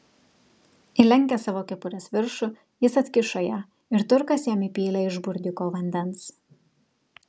įlenkęs savo kepurės viršų jis atkišo ją ir turkas jam įpylė iš burdiuko vandens